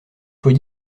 faut